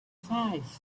five